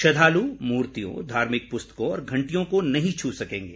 श्रद्दालु मूर्तियों धार्मिक पुस्तकों और घंटियों को नहीं छू सकेंगे